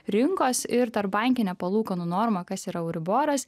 rinkos ir tarpbankinė palūkanų norma kas yra euriboras